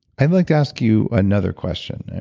i'd like to ask you another question.